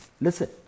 Listen